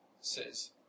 says